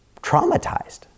traumatized